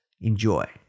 Enjoy